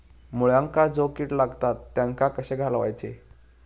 मुळ्यांका जो किडे लागतात तेनका कशे घालवचे?